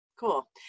Cool